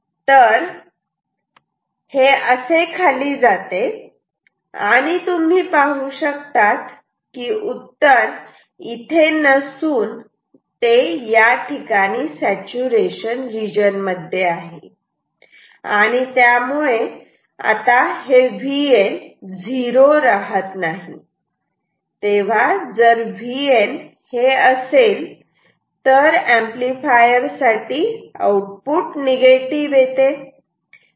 तर हे असे खाली जाते आणि तुम्ही पाहू शकतात की उत्तर इथे नसून ते याठिकाणी सॅचूरेशन रिजन मध्ये आहे आणि त्यामुळे Vn हे झिरो राहत नाही आणि तेव्हा जर Vn हे असेल तर या ऍम्प्लिफायर साठी आउटपुट निगेटिव येते